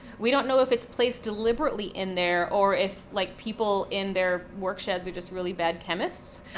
we don't know if it's placed deliberately in there, or if like people in their work sheds are just really bad chemists.